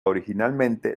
originalmente